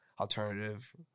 alternative